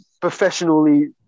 professionally